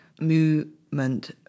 movement